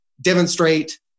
demonstrate